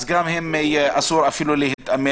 אז גם הם אסרו אפילו להתאמן.